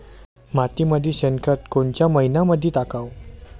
मातीमंदी शेणखत कोनच्या मइन्यामंधी टाकाव?